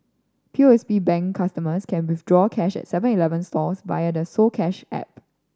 P O S B Bank customers can withdraw cash at Seven Eleven stores via the soCash app